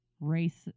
race